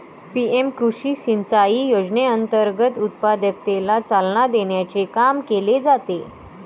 PM कृषी सिंचाई योजनेअंतर्गत उत्पादकतेला चालना देण्याचे काम केले जाते